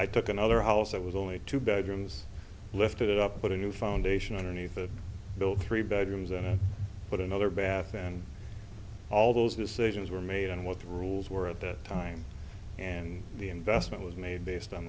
i took another house i was only two bedrooms lifted it up put a new foundation underneath it built three bedrooms and put another bath and all those decisions were made and what the rules were at that time and the investment was made based on